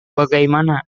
bagaimana